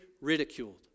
ridiculed